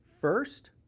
first